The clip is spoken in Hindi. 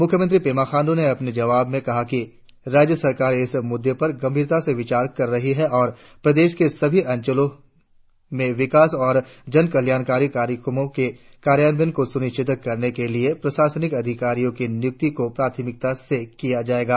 मुख्यमंत्री पेमा खांडू ने अपने जवाब में कहा कि राज्य सरकार इस मुद्दे पर गंभीरता से विचार कर रही है और प्रदेश के सभी अंचलों में विकास और जन कल्याणकारी कार्यक्रमों के कार्यान्वयन को सुनिश्चित करने के लिए प्रशासनिक अधिकारियों की नियुक्ति को प्राथमिकता से किया जाएगा